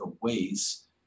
ways